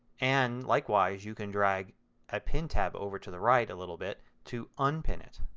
and likewise you can drag a pinned tab over to the right a little bit to unpin it.